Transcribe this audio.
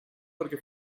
perquè